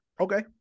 Okay